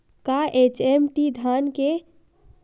का एच.एम.टी धान के विभिन्र प्रकार हवय?